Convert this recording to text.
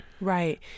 Right